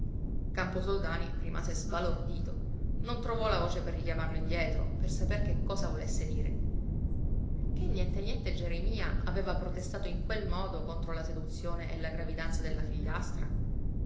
n'andò camposoldani rimase sbalordito non trovò la voce per richiamarlo indietro per saper che cosa volesse dire che niente niente geremia aveva protestato in quel modo contro la seduzione e la gravidanza della figliastra